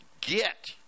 get